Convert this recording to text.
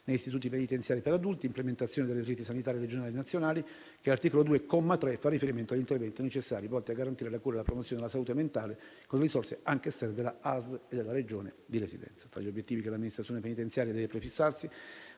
negli istituti penitenziari per adulti; implementazione delle reti sanitarie regionali e nazionali, che, all'articolo 2, comma 3, fa riferimento agli interventi necessari volti a garantire la cura e la promozione della salute mentale con le risorse, anche esterne, della ASL e della Regione di residenza. Tra gli obiettivi che l'amministrazione penitenziaria deve prefissarsi